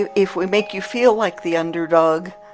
and if we make you feel like the underdog,